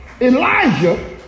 Elijah